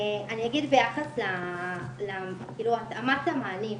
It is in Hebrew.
אני אגיד ביחס להתאמת המענים,